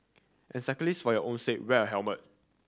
and cyclist for your own sake wear a helmet